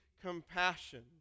compassion